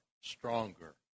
stronger